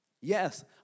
yes